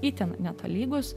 itin netolygūs